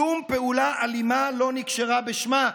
שום פעולה אלימה לא נקשרה בשמה,